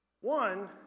one